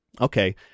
Okay